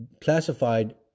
classified